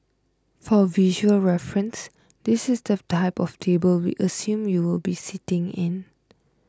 for visual reference this is the type of table we assume you will be sitting in